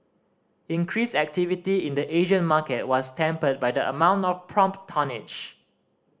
increased activity in the Asian market was tempered by the amount of prompt tonnage